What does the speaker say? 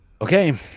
Okay